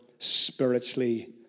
spiritually